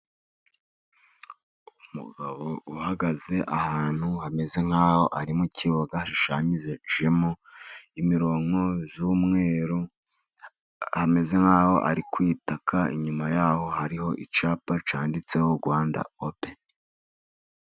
Umugabo uhagaze ahantu hameze nk'aho ari mu kibuga, hashushanyijemo imironko y'umweru hameze nk'aho ari ku itaka, inyuma y'aho hariho icyapa cyanditseho Rwanda openi.